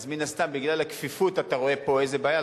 אז מן הסתם בגלל הכפיפות אתה רואה פה איזו בעיה,